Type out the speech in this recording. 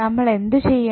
നമ്മളെന്തു ചെയ്യണം